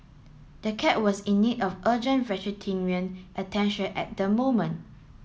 the cat was in need of urgent attention at the moment